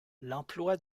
l’emploi